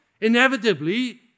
inevitably